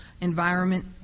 environment